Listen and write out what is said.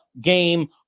game